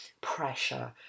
pressure